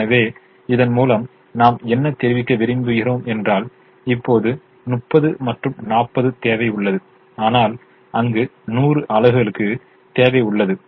எனவே இதன் மூலம் நாம் என்ன தெரிவிக்க விருப்புகிறோம் என்றால் இப்போது 30 மற்றும் 40 தேவை உள்ளது ஆனால் அங்கு 100 அலகுகளுக்கு தேவை உள்ளது